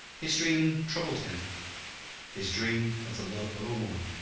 his dream troubled him his dream of the love of woman.